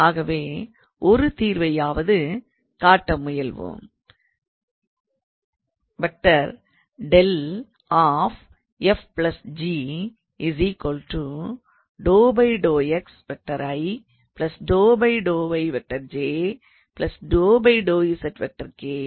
ஆகவே ஒரு தீர்வையாவது காட்ட முயல்வோம்